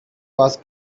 was